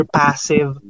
passive